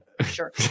sure